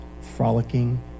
frolicking